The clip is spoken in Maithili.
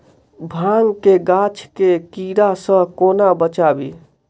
भांग केँ गाछ केँ कीड़ा सऽ कोना बचाबी?